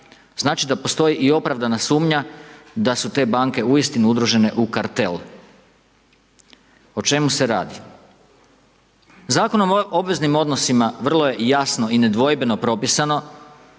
znači da postoji i opravdana sumnja da su te banke uistinu udružene u kartel. O čemu se radi? Zakonom o obveznim odnosima vrlo je jasno i nedvojbeno propisano